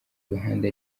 ruhande